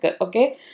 okay